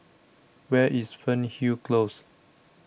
Where IS Fernhill Close